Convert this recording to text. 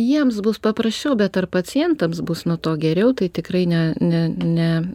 jiems bus paprasčiau bet ar pacientams bus nuo to geriau tai tikrai ne ne ne